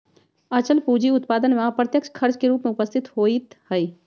अचल पूंजी उत्पादन में अप्रत्यक्ष खर्च के रूप में उपस्थित होइत हइ